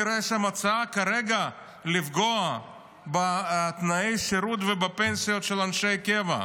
אני רואה שם הצעה כרגע לפגוע בתנאי שירות ובפנסיות של אנשי קבע.